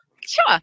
Sure